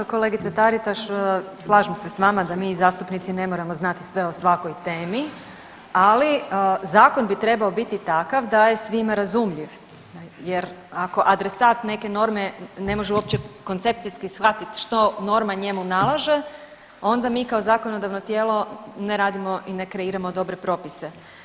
Kolegice Taritaš, slažem se s vama da mi zastupnici ne moramo zanati sve o svakoj temi, ali zakon bi trebao biti takav da je svima razumljiv jer ako adresat neke norme ne može uopće koncepcijski shvatiti što norma njemu nalaže onda mi kao zakonodavno tijelo ne radimo i ne kreiramo dobre propise.